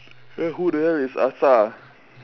then who the hell is asa